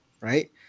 Right